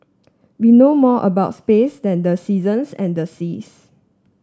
we know more about space than the seasons and the seas